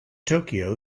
tokyo